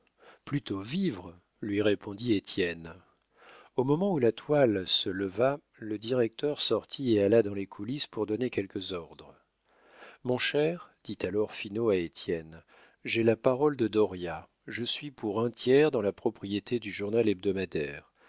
plutôt vivre lui répondit étienne au moment où la toile se leva le directeur sortit et alla dans les coulisses pour donner quelques ordres mon cher dit alors finot à étienne j'ai la parole de dauriat je suis pour un tiers dans la propriété du journal hebdomadaire